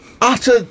utter